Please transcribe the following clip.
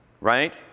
right